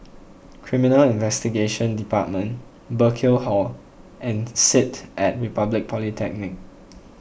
Criminal Investigation Department Burkill Hall and Sit at Republic Polytechnic